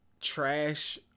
trash